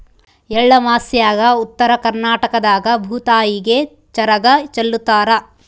ಎಳ್ಳಮಾಸ್ಯಾಗ ಉತ್ತರ ಕರ್ನಾಟಕದಾಗ ಭೂತಾಯಿಗೆ ಚರಗ ಚೆಲ್ಲುತಾರ